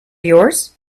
yours